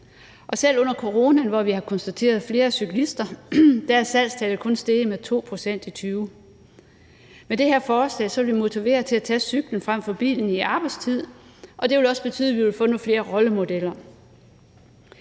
Selv under coronaen, hvor vi har konstateret flere cyklister, er salgstallet kun steget med 2 pct. i 2020. Med det her forslag vil vi motivere til at tage cyklen frem for bilen i arbejdstiden, og det vil også betyde, at vi vil få nogle flere rollemodeller.